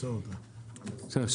טוב, בסדר.